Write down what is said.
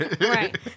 Right